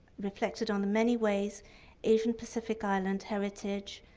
reflected on the many ways asian-pacific island heritage,